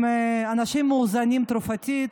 הם אנשים מאוזנים תרופתית,